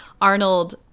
arnold